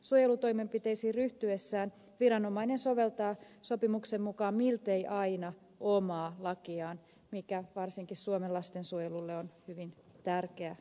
suojelutoimenpiteisiin ryhtyessään viranomainen soveltaa sopimuksen mukaan miltei aina omaa lakiaan mikä varsinkin suomen lastensuojelulle on hyvin tärkeä seikka